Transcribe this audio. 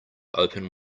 open